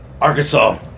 Arkansas